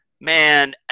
man